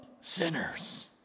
sinners